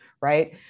right